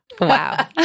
Wow